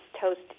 Toast